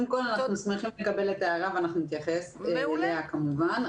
אנחנו שמחים לקבל את ההערה ואנחנו נתייחס אליה כמובן.